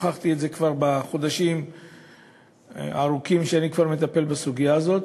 ונוכחתי בזה כבר בחודשים הארוכים שאני מטפל בסוגיה הזאת,